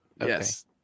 Yes